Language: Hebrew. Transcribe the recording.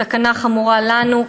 סכנה חמורה לנו,